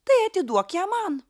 tai atiduok ją man